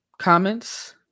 comments